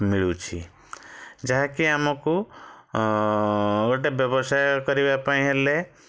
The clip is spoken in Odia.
ମିଳୁଛି ଯାହାକି ଆମକୁ ଗୋଟେ ବ୍ୟବସାୟ କରିବା ପାଇଁ ହେଲେ